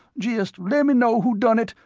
jist lemme know who done it,